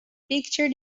picture